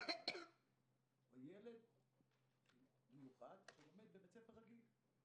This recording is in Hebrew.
לחינוך מיוחד לבין ילד מיוחד שלומד בבית ספר רגיל,